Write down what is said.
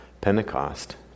Pentecost